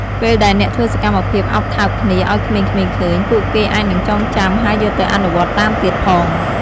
ពេលដែលអ្នកធ្វើសកម្មភាពអោបថើបគ្នាឲ្យក្មេងៗឃើញ ពួកគេអាចនឹងចងចាំហើយយកទៅអនុវត្តន៍តាមទៀតផង។